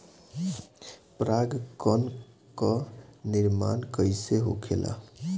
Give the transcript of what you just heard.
पराग कण क निर्माण कइसे होखेला?